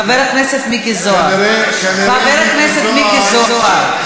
חבר הכנסת מיקי זוהר, חבר הכנסת מיקי זוהר.